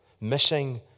missing